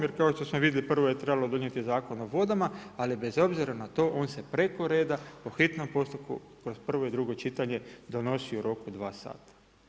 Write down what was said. Jer kao što smo vidjeli prvo je trebalo donijeti Zakon o vodama, ali bez obzira na to on se preko reda po hitnom postupku kroz prvo i drugo čitanje donosi u roku dva sata.